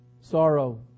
sorrow